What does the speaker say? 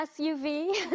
SUV